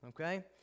Okay